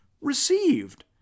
received